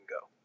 go